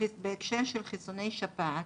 בהקשר של חיסוני שפעת,